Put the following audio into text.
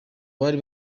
bari